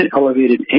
elevated